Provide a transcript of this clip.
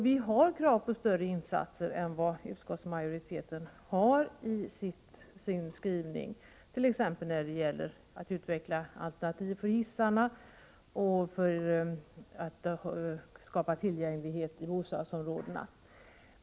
Vi har krav på större insatser än vad utskottsmajoriteten har i sin skrivning, t.ex. när det gäller att utveckla alternativ för hissarna och för att skapa bättre tillgänglighet i bostadsområdena.